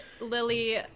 lily